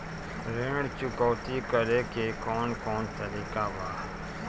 ऋण चुकौती करेके कौन कोन तरीका बा?